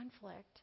conflict